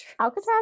Alcatraz